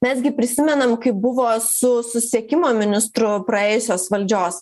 mes gi prisimenam kaip buvo su susiekimo ministru praėjusios valdžios